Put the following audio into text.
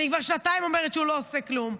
אני כבר שנתיים אומרת שהוא לא עושה כלום.